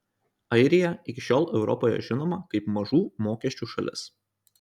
airija iki šiol europoje žinoma kaip mažų mokesčių šalis